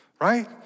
right